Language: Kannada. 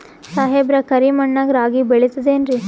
ಸಾಹೇಬ್ರ, ಕರಿ ಮಣ್ ನಾಗ ರಾಗಿ ಬೆಳಿತದೇನ್ರಿ?